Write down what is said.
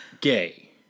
gay